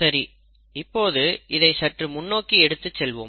சரி இப்போது இதை சற்று முன்னோக்கி எடுத்துச் செல்வோம்